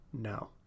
No